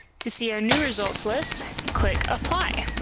to see our new results list, click apply.